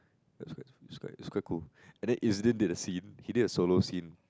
that's quite that's quite that's quite cool and then isn't they did a scene he did a solo scene